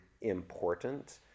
important